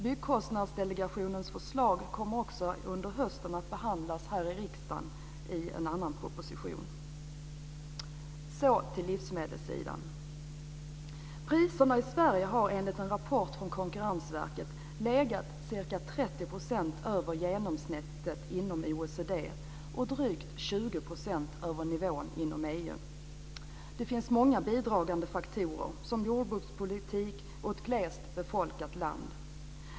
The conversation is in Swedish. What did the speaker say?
Byggkostnadsdelegationens förslag kommer under hösten att behandlas här i riksdagen, i en annan proposition. Så till livsmedelssidan. Priserna har, enligt en rapport från Konkurrensverket, legat ca 30 % över genomsnittet inom OECD och drygt 20 % över nivån inom EU. Det finns många bidragande faktorer som jordbrukspolitik och ett glest befolkat land.